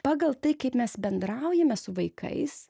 pagal tai kaip mes bendraujame su vaikais